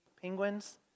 penguins